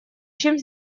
чем